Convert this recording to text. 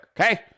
okay